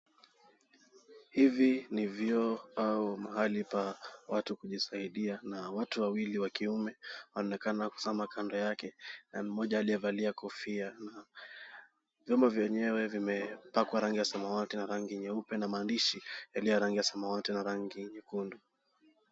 Hivi ni vyoo au mahali pa watu kujisaidia, na watu wawili wakiume wanaonekana kusimama kando yake, na mmoja aliyevalia kofia, vyombo venyewe vimepakwa rangi ya samawati na rangi nyeupe, na maandishi yaliyo ya rangi ya samawati na rangi nyekundu.